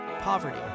poverty